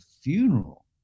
funeral